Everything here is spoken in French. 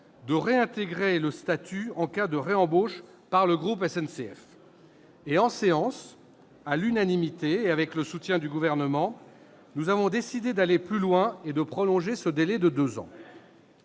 de réintégrer le statut en cas de réembauche par le groupe SNCF. En séance, à l'unanimité et avec le soutien du Gouvernement, nous avons décidé d'aller plus loin et de prolonger ce délai de deux ans.